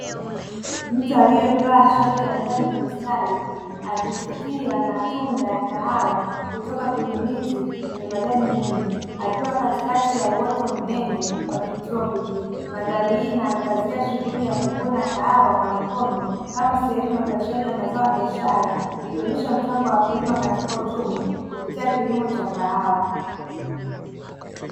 Mtu aliyevaa shati la njano yenye mistari akifikia matunda ya kahawa kutoka kwenye miti yenye majani mengi. Akiwa katikati ya uoto mnene wakitropiki; mandhari hii inaangazia shughuli ya kuvuna kahawa kwa mkono kama sehemu ya uzalishaji wa mazao ya biashara, ikionyesha mchango wa kulima katika uchumi kupitia kilimo cha kahawa.